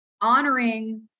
honoring